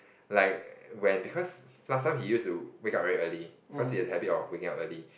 like when because last time he used to wake up very early cause he has the habit of waking up early